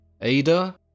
Ada